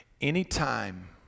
Anytime